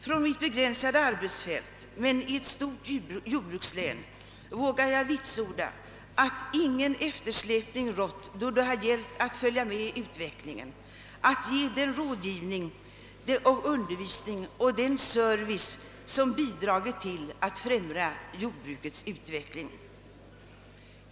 Från mitt begränsade arbetsfält men i ett stort jordbrukslän vågar jag vitsorda att ingen eftersläpning rått då det gällt att följa med utvecklingen, att ge den rådgivning, undervisning och service som bidragit till att främja jordbrukets utveckling.